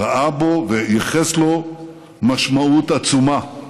ראה בו וייחס לו משמעות עצומה.